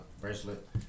bracelet